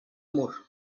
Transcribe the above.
mur